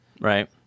Right